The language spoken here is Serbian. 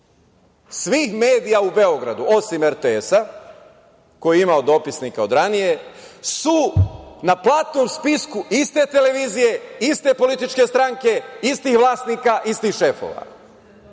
svih medija u Beogradu, osim RTS-a, koji je imao dopisnika od ranije, su na platnom spisku iste televizije, iste političke stranke, istih vlasnika, istih šefova.